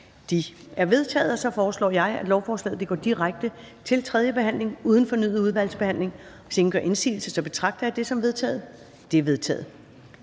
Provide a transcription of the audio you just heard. sluttet. Jeg foreslår, at lovforslaget går direkte til tredje behandling uden fornyet udvalgsbehandling. Og hvis ingen gør indsigelse, betragter jeg dette som vedtaget. Det er vedtaget.